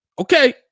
okay